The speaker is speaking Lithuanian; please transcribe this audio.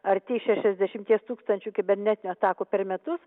arti šešiasdešimties tūkstančių kibernetinių atakų per metus